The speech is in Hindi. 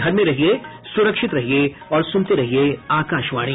घर में रहिये सुरक्षित रहिये और सुनते रहिये आकाशवाणी